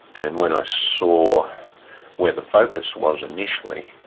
and when i saw where the focus was initially,